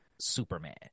Superman